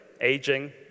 Aging